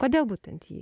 kodėl būtent jį